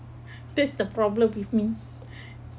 that's the problem with me